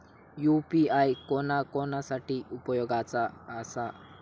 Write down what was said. UPI कोणा कोणा साठी उपयोगाचा आसा?